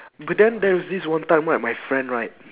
but then there is this one time right my friend right